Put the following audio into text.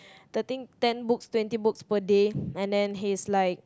thirteen ten books twenty books per day and he's like